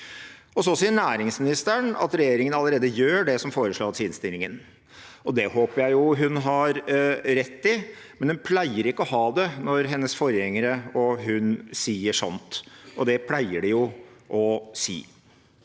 Så sier næringsministeren at regjeringen allerede gjør det som foreslås i innstillingen. Det håper jeg jo hun har rett i, men det pleier ikke å stemme når hennes forgjengere og hun sier sånt – og det pleier de jo